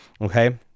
okay